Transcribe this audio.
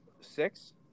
Six